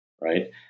right